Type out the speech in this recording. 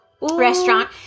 restaurant